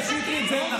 יש את החוק הזה, אז למה?